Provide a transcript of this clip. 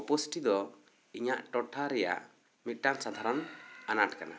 ᱚᱯᱚᱥᱴᱤ ᱫᱚ ᱤᱧᱟᱹᱜ ᱴᱚᱴᱷᱚ ᱨᱮᱭᱟᱜ ᱢᱤᱫᱴᱟᱱ ᱥᱟᱫᱷᱟᱨᱚᱱ ᱟᱸᱱᱟᱴ ᱠᱟᱱᱟ